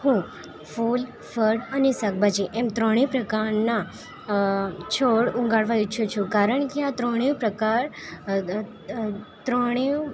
હું ફૂલ ફળ અને શાકભાજી એમ ત્રણેય પ્રકારના છોડ ઉગાડવા ઈચ્છું કારણ કે આ ત્રણેય પ્રકાર ત્રણેય